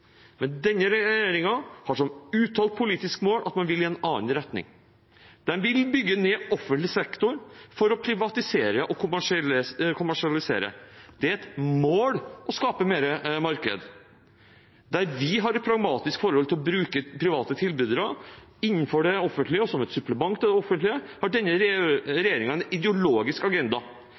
Men denne regjeringen har som uttalt politisk mål at man vil i en annen retning. De vil bygge ned offentlig sektor for å privatisere og kommersialisere – det er et mål å skape mer marked. Der vi har et pragmatisk forhold til å bruke private tilbydere innenfor det offentlige og som et supplement til det offentlige, har denne regjeringen en ideologisk agenda.